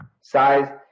size